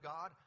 God